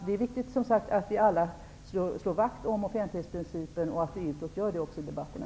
Det är viktigt att vi alla slår vakt om offentlighetsprincipen, också utåt i debatterna.